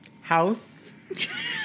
house